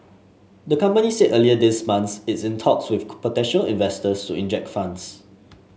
the company said earlier this month it's in talks with potential investors to inject funds